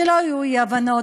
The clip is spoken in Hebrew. שלא יהיו אי-הבנות,